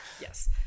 Yes